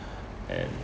and